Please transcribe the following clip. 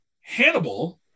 Hannibal